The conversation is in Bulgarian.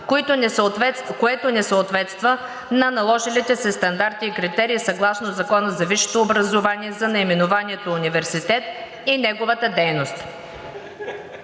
което не съответства на наложилите се стандарти и критерии съгласно Закона за висшето образование за наименованието „университет“ и неговата дейност.